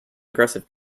aggressive